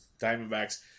Diamondbacks